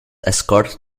escort